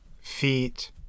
feet